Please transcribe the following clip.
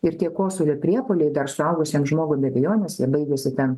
ir tie kosulio priepuoliai dar suaugusiam žmogui be abejonės jie baigusi ten